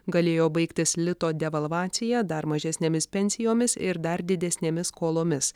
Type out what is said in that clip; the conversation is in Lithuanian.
galėjo baigtis lito devalvacija dar mažesnėmis pensijomis ir dar didesnėmis skolomis